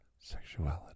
sexuality